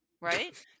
right